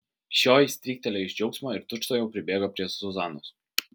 šioji stryktelėjo iš džiaugsmo ir tučtuojau pribėgo prie zuzanos